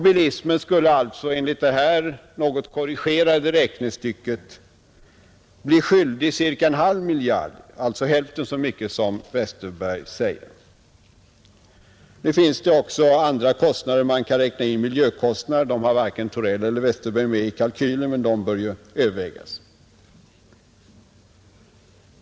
Bilismen skulle alltså enligt detta något korrigerade räknestycke ”bli skyldig” ca 0,5 miljarder kronor, alltså hälften så mycket som Westerberg säger. Nu finns det också andra kostnader. Man kan räkna in miljökostnader; dem har varken Torell eller Westerberg med i kalkylen, men det bör ju övervägas.